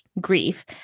grief